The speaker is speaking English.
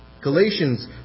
Galatians